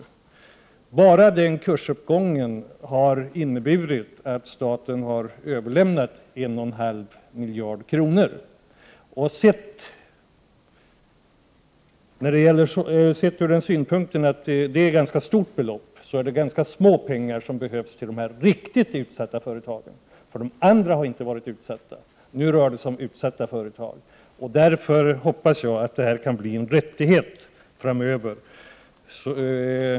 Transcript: Enbart den kursuppgången har inneburit att staten har överlämnat en och en halv miljard kronor. Med tanke på att det rör sig om så stora belopp är det som behövs till det utsatta företagen relativt litet; de andra företagen har ju inte varit hotade. Därför hoppas jag att det här kan bli en rättighet framöver.